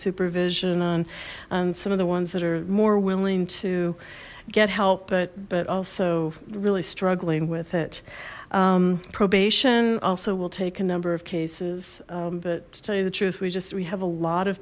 supervision on and some of the ones that are more willing to get help but but also really struggling with it probation also will take a number of cases but to tell you the truth we just we have a lot of